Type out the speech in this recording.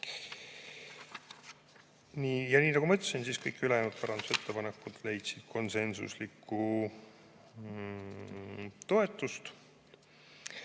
Ja nii nagu ma ütlesin, kõik ülejäänud parandusettepanekud leidsid konsensuslikku toetust.